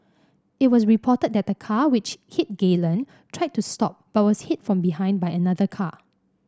it was reported that the car which hit Galen tried to stop but was hit from behind by another car